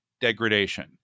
degradation